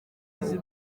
izi